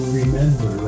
remember